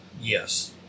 Yes